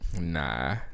Nah